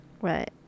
Right